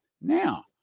Now